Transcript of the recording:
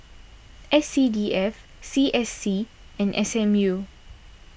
S C D F C S C and S M U